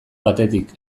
batetik